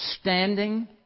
standing